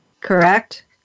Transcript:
correct